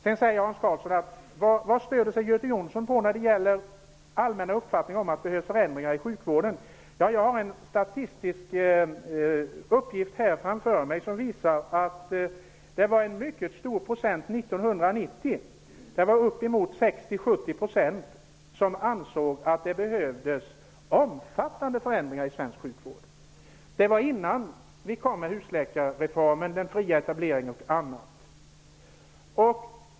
Sedan frågade Hans Karlsson vad jag stöder mig på när det gäller den allmänna uppfattningen om att det behövs förändringar i sjukvården. Jag har en statistisk uppgift här framför mig, som visar att det 1990 var en mycket stor procent, uppemot 60-70 %, som ansåg att det behövdes omfattande förändringar i svensk sjukvård. Detta var innan vi kom med husläkarreformen, den fria etableringen och annat.